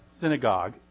synagogue